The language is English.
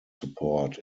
support